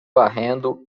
varrendo